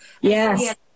Yes